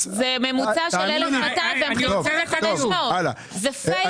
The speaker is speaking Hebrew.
זה ממוצע של 1,500. זה פייק.